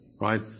Right